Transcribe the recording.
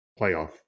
playoff